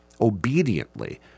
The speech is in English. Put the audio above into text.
obediently